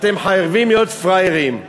אתם חייבים להיות פראיירים.